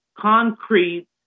concrete